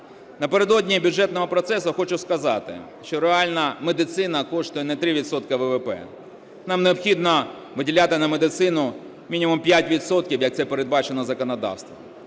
Напередодні бюджетного процесу хочу сказати, що реальна медицина коштує не 3 відсотки ВВП, нам необхідно виділяти на медицину мінімум 5 відсотків, як це передбачено законодавством.